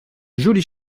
jolies